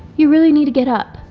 you really need to get up.